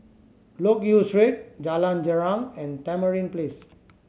Loke Yew Street Jalan Girang and Tamarind Place